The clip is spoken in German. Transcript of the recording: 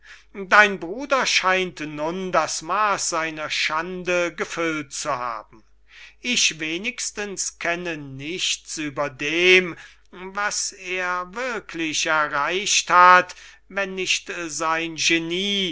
dein bruder scheint nun das maas seiner schande gefüllt zu haben ich wenigstens kenne nichts über dem was er wirklich erreicht hat wenn nicht sein genie